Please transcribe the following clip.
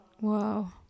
Wow